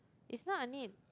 it's not a need